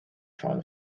found